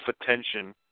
attention